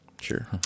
Sure